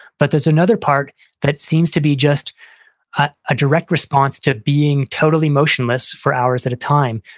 but there's another part that it seems to be just ah a direct response to being totally motionless for hours at a time.